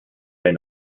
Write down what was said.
den